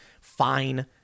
fine